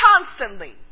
constantly